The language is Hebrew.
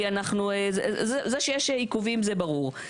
כי אנחנו, זה שיש עיכובים זה ברור.